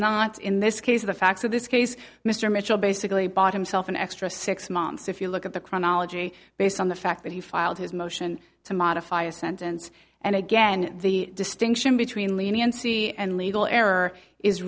not in this case the facts of this case mr mitchell basically bought himself an extra six months if you look at the chronology based on the fact that he filed his motion to modify a sentence and again the distinction between leniency and legal error is